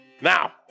Now